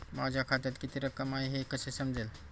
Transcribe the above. माझ्या खात्यात किती रक्कम आहे हे कसे समजेल?